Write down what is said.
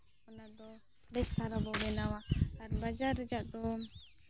ᱚᱱᱟ ᱫᱚ ᱵᱮᱥ ᱫᱷᱟᱨᱟ ᱵᱚ ᱵᱮᱱᱟᱣᱟ ᱟᱨ ᱵᱟᱡᱟᱨ ᱨᱮᱭᱟᱜ ᱫᱚ